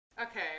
Okay